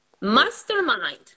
Mastermind